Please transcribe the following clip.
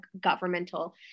governmental